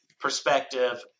perspective